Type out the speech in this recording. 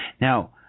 now